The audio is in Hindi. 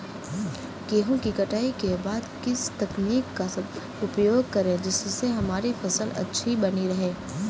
गेहूँ की कटाई के बाद किस तकनीक का उपयोग करें जिससे हमारी फसल अच्छी बनी रहे?